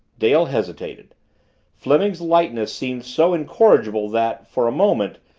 dale hesitated fleming's lightness seemed so incorrigible that, for a moment,